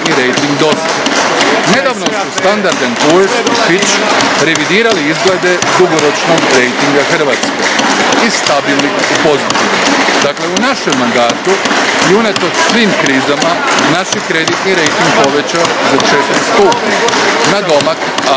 rejting dosad. Nedavno su Standard&Poor's i Fitch revidirali izglede dugoročnog rejtinga Hrvatske iz stabilnih u pozitivne. Dakle, u našem mandatu i unatoč svim krizama, naš je kreditni rejting povećan za četiri stupnja,